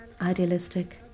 idealistic